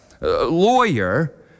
lawyer